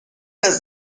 است